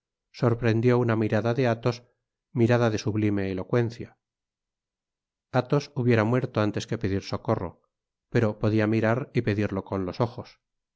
sorprendió una mirada de atbos mirada de sublime elocuencia athos hubiera muerto antes que pedir socorro pero podia mirar y pedirlo caá los ojos